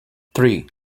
three